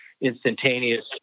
instantaneous